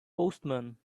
postman